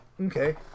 Okay